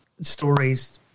stories